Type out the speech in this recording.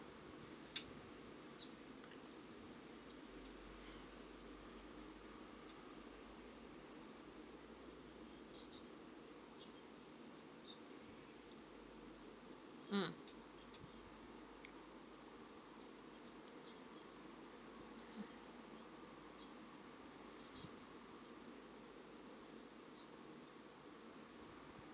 mm